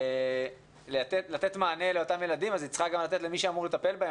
מחייבת לתת מענה לאותם ילדים אז היא צריכה לתת גם למי שאמור לטפל בהם,